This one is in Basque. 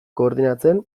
koordinatzen